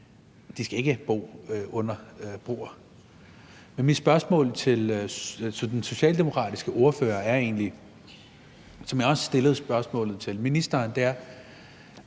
De skal ikke bo under broer. Men mit spørgsmål til den socialdemokratiske ordfører er egentlig det, som jeg også stillede til ministeren. Vi